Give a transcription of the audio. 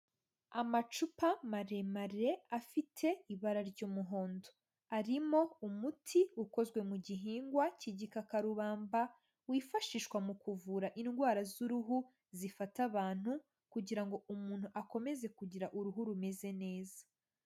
Amacupa maremare afite ibara ry'umuhondo, arimo umuti ukozwe mu gihingwa cy'igikakarubamba wifashishwa mu kuvura indwara z'uruhu zifata abantu, kugira ngo umuntu akomeze kugira uruhu rumeze neza.